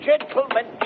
Gentlemen